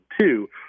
two